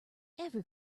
every